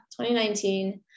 2019